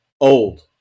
old